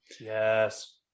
Yes